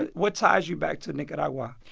and what ties you back to nicaragua?